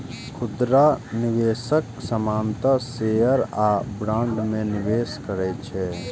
खुदरा निवेशक सामान्यतः शेयर आ बॉन्ड मे निवेश करै छै